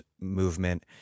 movement